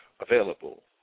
available